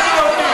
חוצפנית.